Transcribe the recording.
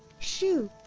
shoo!